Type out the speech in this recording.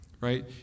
right